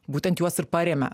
būtent juos ir parėmė